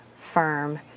firm